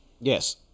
Yes